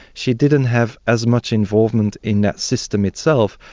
she didn't have as much involvement in that system itself,